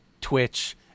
Twitch